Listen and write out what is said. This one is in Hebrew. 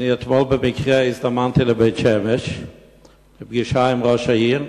אתמול במקרה הזדמנתי לבית-שמש לפגישה עם ראש העיר,